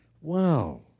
Wow